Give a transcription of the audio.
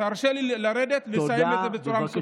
תרשה לי לרדת ולסיים את זה בצורה מכובדת.